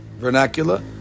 Vernacular